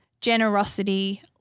generosity